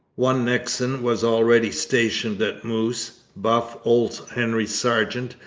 one nixon was already stationed at moose. bluff old henry sargeant,